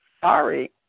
Sorry